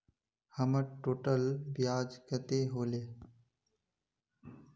हमर टोटल ब्याज कते होले?